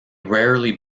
rarely